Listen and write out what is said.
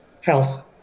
health